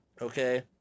okay